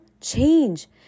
change